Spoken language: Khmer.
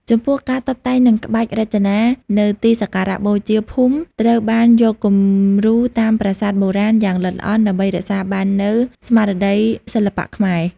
ចំពោះ ការតុបតែងនិងក្បាច់រចនានៅទីសក្ការៈបូជាភូមិត្រូវបានយកគំរូតាមប្រាសាទបុរាណយ៉ាងល្អិតល្អន់ ដើម្បីរក្សាបាននូវ ស្មារតីសិល្បៈខ្មែរ ។